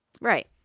Right